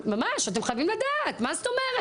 ממש, אתם חייבים לדעת, מה זאת אומרת?